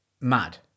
mad